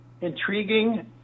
Intriguing